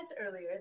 earlier